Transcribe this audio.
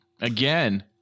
Again